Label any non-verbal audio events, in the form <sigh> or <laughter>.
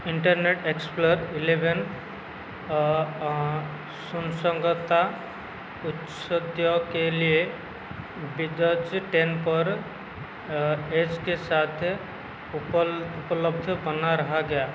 internet Explorer eleven सुनसंगता <unintelligible> के लिए Windows ten पर एज के साथ उपल उपलब्ध बना रहा गया